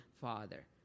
father